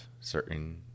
certain